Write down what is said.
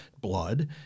blood